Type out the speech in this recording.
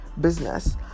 business